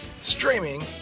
streaming